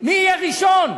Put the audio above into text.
מי יהיה ראשון.